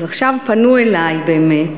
אז עכשיו פנו אלי באמת